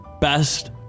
Best